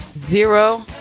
Zero